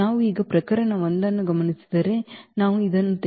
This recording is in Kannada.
ನಾವು ಈಗ ಪ್ರಕರಣ 1 ಅನ್ನು ಗಮನಿಸಿದರೆ ನಾವು ಇದನ್ನು ತೆಗೆದುಕೊಂಡರೆ